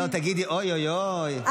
לא, תגידי אוי אוי אוי.